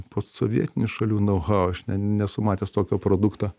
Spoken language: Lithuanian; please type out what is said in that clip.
post sovietinių šalių nau hau aš ne nesu matęs tokio produkto